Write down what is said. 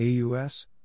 AUS